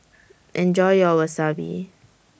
Enjoy your Wasabi